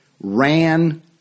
ran